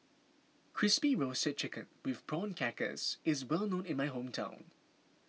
Crispy Roasted Chicken with Prawn Crackers is well known in my hometown